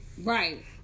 Right